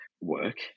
work